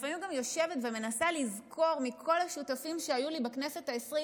לפעמים אני יושבת ומנסה לזכור מי מכל השותפים שהיו לי בכנסת העשרים